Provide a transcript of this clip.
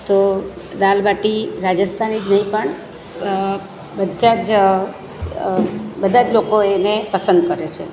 તો દાલબાટી રાજસ્થાની જ નહિ પણ બધા જ બધા જ લોકો એને પસંદ કરે છે